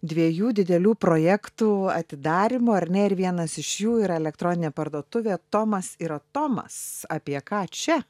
dviejų didelių projektų atidarymu ar ne ir vienas iš jų yra elektroninė parduotuvė tomas ir atomas apie ką čia